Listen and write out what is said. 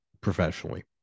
professionally